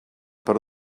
per